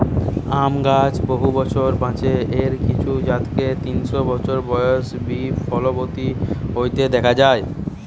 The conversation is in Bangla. আম গাছ বহু বছর বাঁচে, এর কিছু জাতকে তিনশ বছর বয়সে বি ফলবতী হইতে দিখা যায়